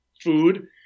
food